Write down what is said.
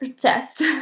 test